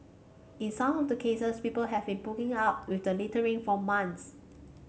in some of the cases people have been putting up with the littering for months